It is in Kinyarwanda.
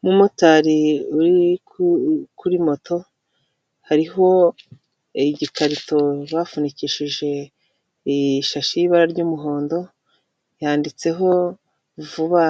Umumotari uri kuri moto, hariho igikarito bafunikishije ishashi y'ibara ry'umuhondo yanditseho vuba